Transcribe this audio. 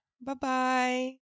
bye-bye